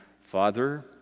Father